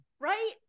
Right